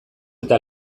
eta